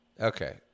Okay